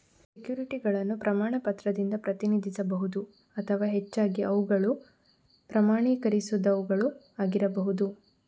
ಸೆಕ್ಯುರಿಟಿಗಳನ್ನು ಪ್ರಮಾಣ ಪತ್ರದಿಂದ ಪ್ರತಿನಿಧಿಸಬಹುದು ಅಥವಾ ಹೆಚ್ಚಾಗಿ ಅವುಗಳು ಪ್ರಮಾಣೀಕರಿಸದವುಗಳು ಆಗಿರಬಹುದು